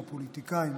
מהפוליטיקאים,